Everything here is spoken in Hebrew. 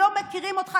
לא מכירים אותך,